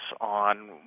on